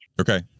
Okay